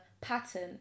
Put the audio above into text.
pattern